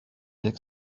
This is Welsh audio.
deg